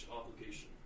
obligation